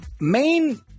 main